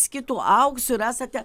skitų auksu ir esate